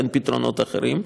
אין פתרונות אחרים.